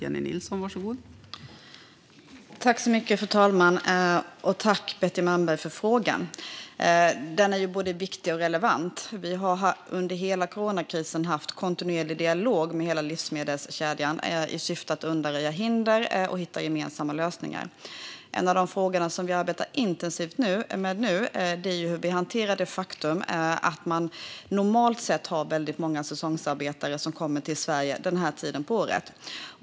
Fru talman! Jag tackar Betty Malmberg för frågan. Den är både viktig och relevant. Vi har under hela coronakrisen haft en kontinuerlig dialog med hela livsmedelskedjan i syfte att undanröja hinder och hitta gemensamma lösningar. En av de frågor som vi nu arbetar intensivt med är hur vi hanterar det faktum att man normalt sett har väldigt många säsongsarbetare som kommer till Sverige denna tid på året.